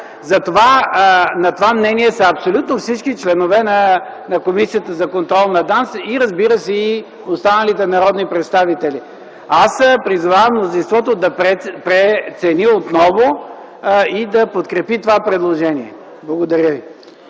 тях. На това мнение са абсолютно всички членове на Комисията за контрол на ДАНС, разбира се, и останалите народни представители. Призовавам мнозинството да прецени отново и да подкрепи това предложение. Благодаря.